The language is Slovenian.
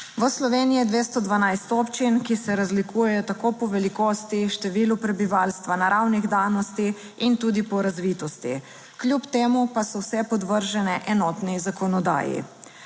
V Sloveniji je 212 občin, ki se razlikujejo tako po velikosti, številu prebivalstva, naravnih danosti in tudi po razvitosti kljub temu pa so vse podvržene enotni zakonodaji.